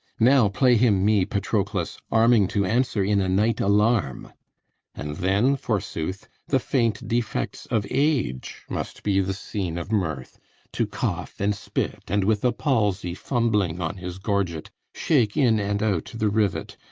now play him me, patroclus, arming to answer in a night alarm and then, forsooth, the faint defects of age must be the scene of mirth to cough and spit and, with a palsy-fumbling on his gorget, shake in and out the rivet.